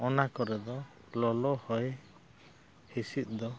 ᱚᱱᱟ ᱠᱚᱨᱮ ᱫᱚ ᱞᱚᱞᱚ ᱦᱚᱭ ᱦᱤᱸᱥᱤᱫ ᱫᱚ